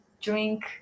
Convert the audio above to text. drink